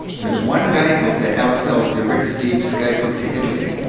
there's one guide book that outsells the rick steves' guide book to italy,